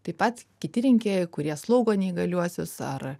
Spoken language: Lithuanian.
taip pat kiti rinkėjai kurie slaugo neįgaliuosius ar